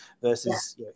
versus